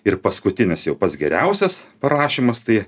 ir paskutinis jau pats geriausias parašymas tai